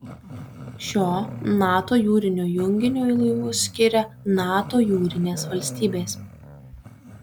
šio nato jūrinio junginiui laivus skiria nato jūrinės valstybės